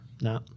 No